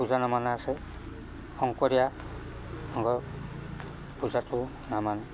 পূজা নামানে আছে শংকৰীয়া সংঘ পূজাটো নামানে